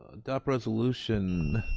ah dap resolution.